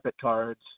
cards